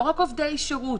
לא רק עובדי שירות.